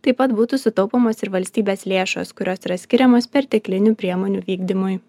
taip pat būtų sutaupomos ir valstybės lėšos kurios yra skiriamos perteklinių priemonių vykdymui